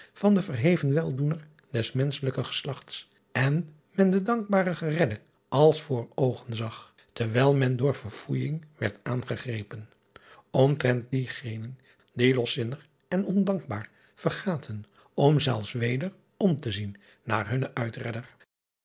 van den verheven weldoener des enschelijken geslachts en men den dankbaren geredde als voor oogen zag terwijl men door verfoeijing werd aangegrepen om driaan oosjes zn et leven van illegonda uisman trent die genen die loszinnig en ondankbaar ver gaten om zelfs weder om te zien naar hunnen uitredder